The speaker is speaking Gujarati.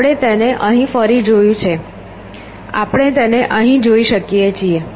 આપણે તેને અહીં ફરી જોયું છે આપણે તેને અહીં જોઇ શકીએ છીએ